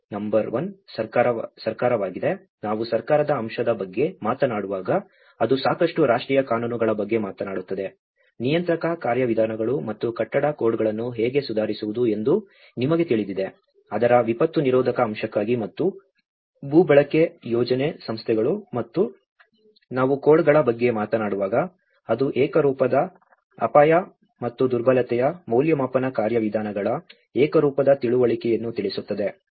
number one ಸರ್ಕಾರವಾಗಿದೆ ನಾವು ಸರ್ಕಾರದ ಅಂಶದ ಬಗ್ಗೆ ಮಾತನಾಡುವಾಗ ಅದು ಸಾಕಷ್ಟು ರಾಷ್ಟ್ರೀಯ ಕಾನೂನುಗಳ ಬಗ್ಗೆ ಮಾತನಾಡುತ್ತದೆ ನಿಯಂತ್ರಕ ಕಾರ್ಯವಿಧಾನಗಳು ಮತ್ತು ಕಟ್ಟಡ ಕೋಡ್ಗಳನ್ನು ಹೇಗೆ ಸುಧಾರಿಸುವುದು ಎಂದು ನಿಮಗೆ ತಿಳಿದಿದೆ ಅದರ ವಿಪತ್ತು ನಿರೋಧಕ ಅಂಶಕ್ಕಾಗಿ ಮತ್ತು ಭೂ ಬಳಕೆ ಯೋಜನೆ ಸಂಸ್ಥೆಗಳು ಮತ್ತು ನಾವು ಕೋಡ್ಗಳ ಬಗ್ಗೆ ಮಾತನಾಡುವಾಗ ಅದು ಏಕರೂಪದ ಅಪಾಯ ಮತ್ತು ದುರ್ಬಲತೆಯ ಮೌಲ್ಯಮಾಪನ ಕಾರ್ಯವಿಧಾನಗಳ ಏಕರೂಪದ ತಿಳುವಳಿಕೆಯನ್ನು ತಿಳಿಸುತ್ತದೆ